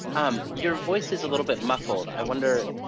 um your voice is a little bit muffled. i wonder